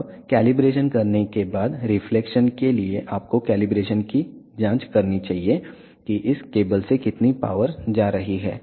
अब कैलिब्रेशन करने के बाद रिफ्लेक्शन के लिए आपको कैलिब्रेशन की जांच करनी चाहिए कि इस केबल से कितनी पावर जा रही है